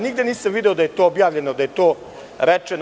Nigde nisam video da je to objavljeno, da je to rečeno.